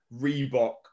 reebok